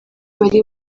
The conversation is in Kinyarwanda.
bari